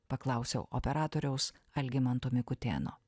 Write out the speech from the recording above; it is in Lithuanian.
paklausiau operatoriaus algimanto mikutėno